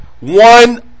One